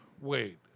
wait